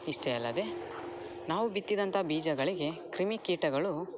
ಇಷ್ಟೇ ಅಲ್ಲದೆ ನಾವು ಬಿತ್ತಿದಂತಹ ಬೀಜಗಳಿಗೆ ಕ್ರಿಮಿ ಕೀಟಗಳು